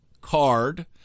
card